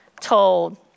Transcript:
told